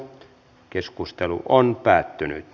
keskustelua ei syntynyt